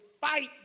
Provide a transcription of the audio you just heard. fight